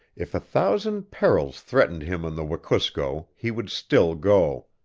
if a thousand perils threatened him on the wekusko he would still go.